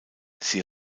sie